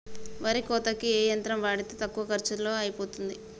వరి కోతకి ఏ యంత్రం వాడితే తక్కువ ఖర్చులో అయిపోతుంది?